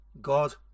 God